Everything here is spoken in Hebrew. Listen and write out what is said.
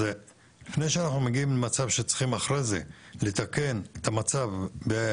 מנסים לקדם פתרון,